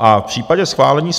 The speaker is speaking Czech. V případě schválení